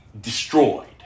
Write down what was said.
destroyed